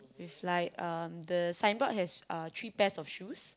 with like um the signboard has uh three pairs of shoes